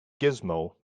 gizmo